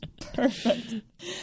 Perfect